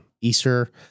Easter